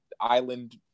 island